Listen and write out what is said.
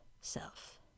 self